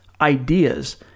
ideas